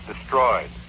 destroyed